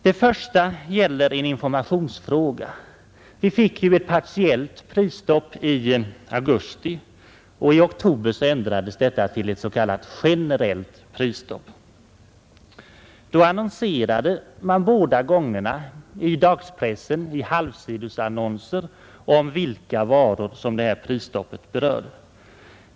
Den första är en fråga om informationen. Vi fick ett partiellt prisstopp i augusti. I oktober ändrades det till ett s.k. generellt prisstopp. Vid båda dessa tillfällen hade man i dagspressen halvsidesannonser om vilka varor prisstoppet berörde.